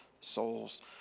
souls